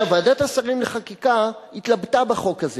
ועדת השרים לחקיקה התלבטה בחוק הזה